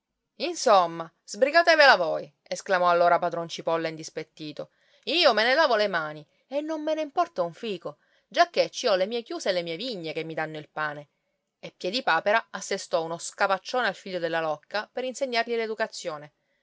insomma sbrigatevela voi esclamò allora padron cipolla indispettito io me ne lavo le mani e non me ne importa un fico giacché ci ho le mie chiuse e le mie vigne che mi danno il pane e piedipapera assestò uno scapaccione al figlio della locca per insegnargli